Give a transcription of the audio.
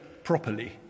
properly